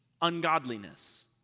ungodliness